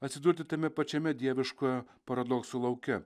atsidurti tame pačiame dieviškojo paradokso lauke